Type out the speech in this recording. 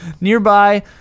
nearby